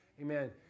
Amen